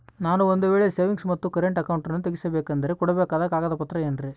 ನಾನು ಒಂದು ವೇಳೆ ಸೇವಿಂಗ್ಸ್ ಮತ್ತ ಕರೆಂಟ್ ಅಕೌಂಟನ್ನ ತೆಗಿಸಬೇಕಂದರ ಕೊಡಬೇಕಾದ ಕಾಗದ ಪತ್ರ ಏನ್ರಿ?